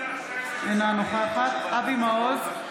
אינה נוכחת אבי מעוז,